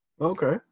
okay